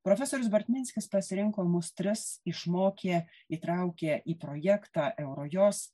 profesorius bartminskis pasirinko mus tris išmokė įtraukė į projektą eurojos